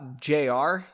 Jr